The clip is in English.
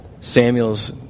Samuel's